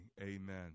amen